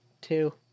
two